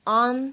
on